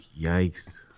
yikes